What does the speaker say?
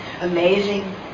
amazing